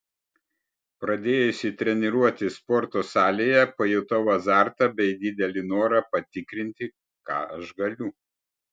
pradėjusi treniruotis sporto salėje pajutau azartą bei didelį norą patikrinti ką aš galiu